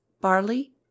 barley